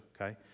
Okay